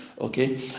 Okay